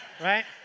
right